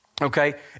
Okay